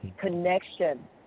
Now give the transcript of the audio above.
connection